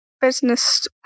business